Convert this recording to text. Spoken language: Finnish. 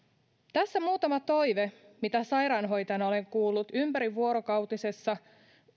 tässä muutama toive joita sairaanhoitajana olen kuullut ympärivuorokautisessa